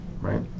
right